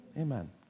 Amen